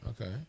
Okay